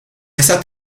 esta